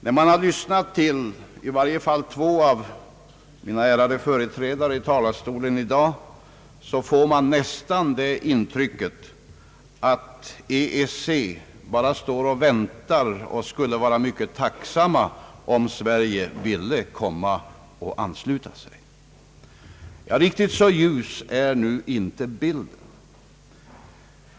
När man har lyssnat på i varje fall två av de föregående talarna i dag får man nästan det intrycket att EEC bara står och väntar och skulle vara mycket tacksam om Sverige ville ansluta sig. Riktigt så ljus är inte bilden.